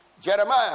Jeremiah